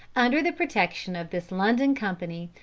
under the protection of this london company,